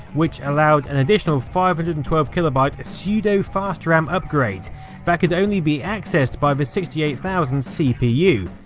which allowed an additional five hundred and twelve kb ah pseudo-fast ram upgrade that could only be accessed by the sixty eight thousand cpu,